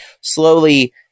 slowly –